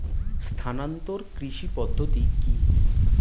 স্থানান্তর কৃষি পদ্ধতি কি?